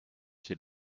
c’est